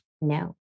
No